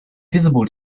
visible